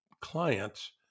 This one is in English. clients